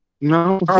No